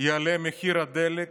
יעלה מחיר הדלק